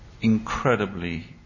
incredibly